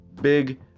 Big